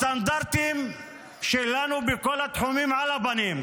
הסטנדרטים שלנו בכל התחומים על הפנים.